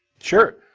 sure.